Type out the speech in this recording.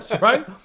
right